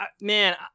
Man